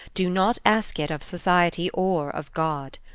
do not ask it of society or of god.